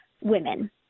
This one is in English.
women